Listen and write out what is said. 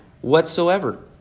whatsoever